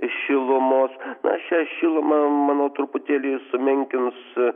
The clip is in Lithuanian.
šilumos na šią šilumą manau truputėlį sumenkins